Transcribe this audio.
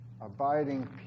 Abiding